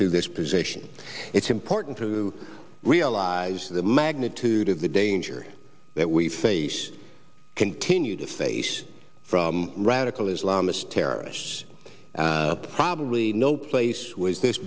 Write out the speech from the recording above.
to this position it's important to realize the magnitude of the danger that we face continue to face from radical islamist terrorists probably no place was this